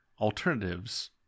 alternatives